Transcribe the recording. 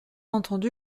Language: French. entendu